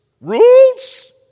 Rules